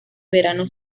verano